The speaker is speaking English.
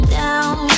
down